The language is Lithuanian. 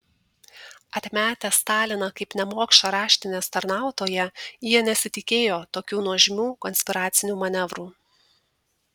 atmetę staliną kaip nemokšą raštinės tarnautoją jie nesitikėjo tokių nuožmių konspiracinių manevrų